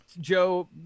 Joe